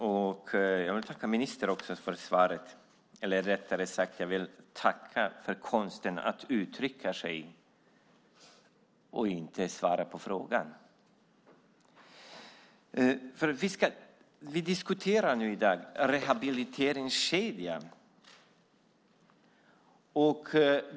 Herr talman! Jag vill tacka ministern för svaret, eller rättare sagt: Jag vill tacka för konsten att uttrycka sig utan att svara på frågan. Vi diskuterar i dag rehabiliteringskedjan.